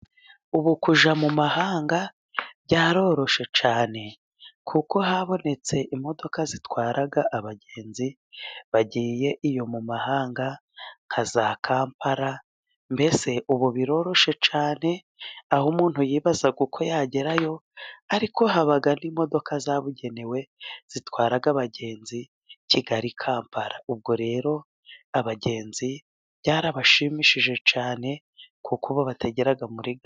Ubu kujya mu mahanga byaroroshye cyane, kuko habonetse imodoka zitwara abagenzi bagiye iyo mu mahanga, nka za kampala. Mbese ubu biroroshye cyane, aho umuntu yibazaga uko yagerayo, ariko haba n'imodoka zabugenewe, zitwara abagenzi Kigali Kampala. Ubwo rero abagenzi byarabashimishije cyane kuko babatagera muri gare.